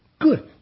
Good